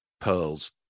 pearls